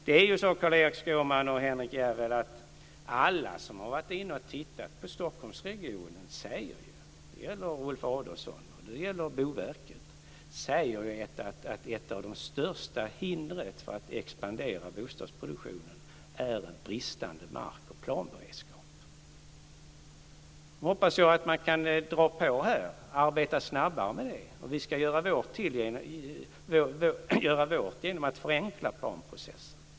Det är ju så, Carl-Erik Skårman och Henrik Järrel, att alla - det gäller Ulf Adelsohn och det gäller Boverket - som har varit inne och tittat på Stockholmsregionen säger att ett av de största hindren för att expandera bostadsproduktionen är en bristande markoch planberedskap. Nu hoppas jag att man kan dra på här, och arbeta snabbare. Vi ska göra vårt genom att förenkla planprocessen.